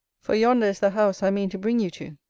for yonder is the house i mean to bring you to.